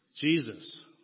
Jesus